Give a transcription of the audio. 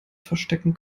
verstecken